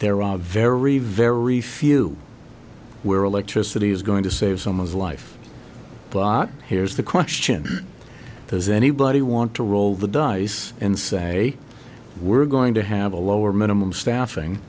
there are very very few where electricity is going to save someone's life but here's the question does anybody want to roll the dice and say we're going to have a lower minimum staffing